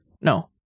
No